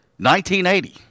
1980